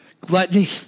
Gluttony